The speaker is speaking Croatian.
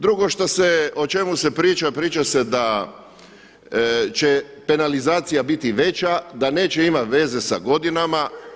Drugo što se, o čemu se priča, priča se da će penalizacija biti veća, da neće imati veze sa godinama.